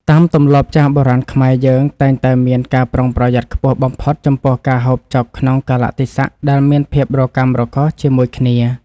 តាមទម្លាប់ចាស់បុរាណខ្មែរយើងតែងតែមានការប្រុងប្រយ័ត្នខ្ពស់បំផុតចំពោះការហូបចុកក្នុងកាលៈទេសៈដែលមានភាពរកាំរកូសជាមួយគ្នា។